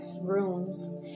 rooms